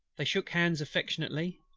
they shook hands affectionately,